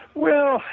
well,